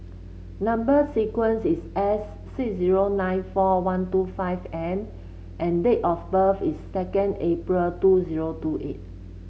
number sequence is S six zero nine four one two five N and date of birth is second April two zero two eight